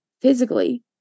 physically